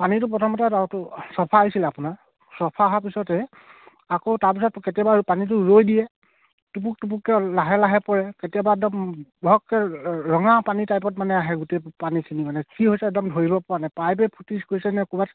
পানীটো প্ৰথমতে চাফা আহিছিলে আপোনাৰ চাফা অহাৰ পিছতে আকৌ তাৰপিছত কেতিয়াবা পানীটো ৰৈ দিয়ে টুপুক টুপুককৈ লাহে লাহে পৰে কেতিয়াবা একদম ভৰককৈ ৰঙা পানী টাইপত মানে আহে গোটেই পানীখিনি মানে কি হৈছে একদম ধৰিব পৰা নাই পাইপে ফুটি গৈছে নে ক'ৰবাত